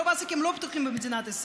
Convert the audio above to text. רוב העסקים לא פתוחים במדינת ישראל.